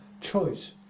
choice